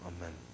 Amen